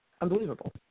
unbelievable